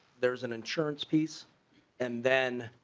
there's an insurance piece and then.